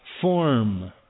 form